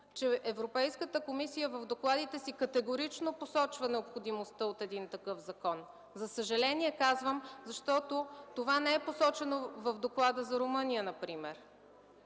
че Европейската комисия в докладите си категорично посочва необходимостта от подобен закон. Казвам за съжаление, защото това не е посочено в доклада за Румъния например.